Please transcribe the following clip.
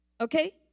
okay